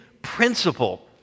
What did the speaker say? principle